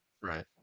Right